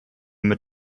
mit